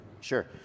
Sure